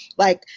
like,